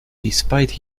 despite